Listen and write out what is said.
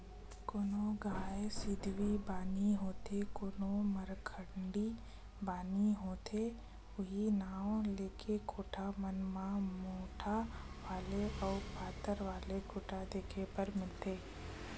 कोनो गाय सिधवी बानी होथे कोनो मरखंडी बानी होथे उहीं नांव लेके कोठा मन म मोठ्ठ वाले अउ पातर वाले खूटा देखे बर मिलथे